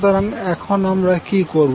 সুতরাং এখন আমরা কি করবো